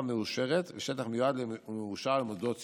לתב"ע מאושרת ושטח מיועד ומאושר למוסדות ציבור,